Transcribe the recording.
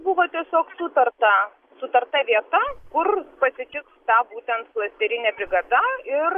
buvo tiesiog sutarta sutarta vieta kur pasitiks ta būtent klasterinė brigada ir